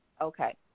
okay